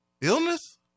Illness